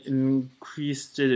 increased